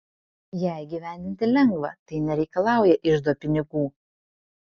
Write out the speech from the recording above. ją įgyvendinti lengva tai nereikalauja iždo pinigų